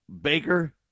Baker